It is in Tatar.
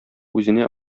үзенә